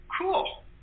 Cool